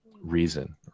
Reason